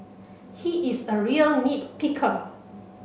he is a real nit picker